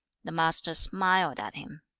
the master smiled at him.